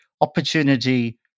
opportunity